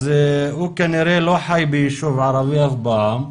הוא כנראה לא חי ביישוב ערבי אף פעם,